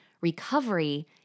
Recovery